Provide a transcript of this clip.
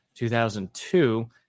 2002